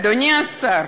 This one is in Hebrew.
ואדוני השר,